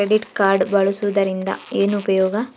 Credit card ಬಳಸುವದರಿಂದ ಏನು ಉಪಯೋಗ?